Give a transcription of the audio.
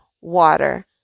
water